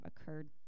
occurred